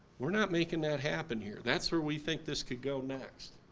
we're not making that happen here. that's where we think this could go next.